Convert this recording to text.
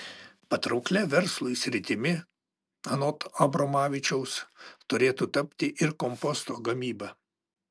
patrauklia verslui sritimi anot abromavičiaus turėtų tapti ir komposto gamyba